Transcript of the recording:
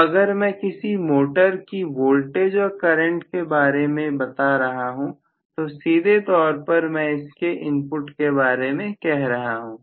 तो अगर मैं किसी मोटर की वोल्टेज और करंट के बारे में बता रहा हूं तो सीधे तौर पर मैं उसके इनपुट के बारे में कह रहा हूं